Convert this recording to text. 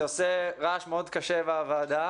זה עושה רעש מאוד קשה בוועדה.